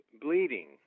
bleeding